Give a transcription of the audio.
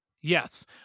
Yes